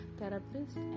therapist